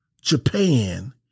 Japan